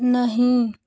नहीं